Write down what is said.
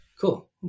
cool